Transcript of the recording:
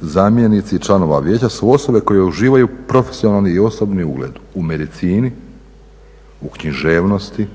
zamjenici članova vijeća su osobe koje uživaju profesionalni i osobni ugled u medicini, u književnosti,